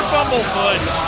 Bumblefoot